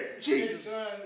Jesus